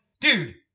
Dude